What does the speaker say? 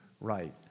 right